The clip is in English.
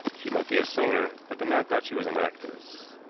she might be a singer, but the man thought she was an actress.